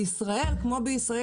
בישראל כמו בישראל,